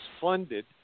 funded